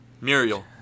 Muriel